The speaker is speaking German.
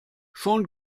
schon